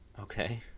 Okay